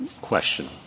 question